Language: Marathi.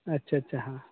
अच्छा अच्छा हां